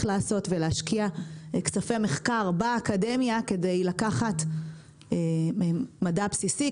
לעשות ולהשקיע כספי מחקר באקדמיה כדי לקחת מדע בסיסי,